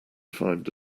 find